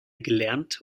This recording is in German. gelernt